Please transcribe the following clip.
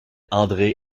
andre